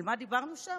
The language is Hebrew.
על מה דיברנו שם?